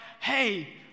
Hey